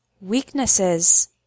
Weaknesses